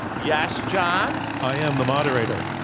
yes, john? i am the moderator.